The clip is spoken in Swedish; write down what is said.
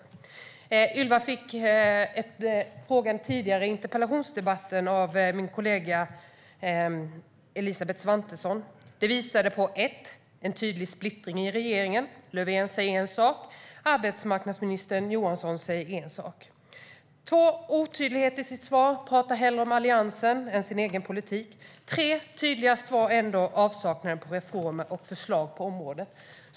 Tidigare under frågestunden fick Ylva Johansson en fråga av min kollega Elisabeth Svantesson. Den visade på en tydlig splittring i regeringen. Löfven säger en sak, arbetsmarknadsminister Johansson säger en annan sak. Arbetsmarknadsministern var också otydlig i sitt svar. Hon pratar hellre om Alliansen än sin egen politik. Tydligast var ändå avsaknaden av reformer och förslag på området.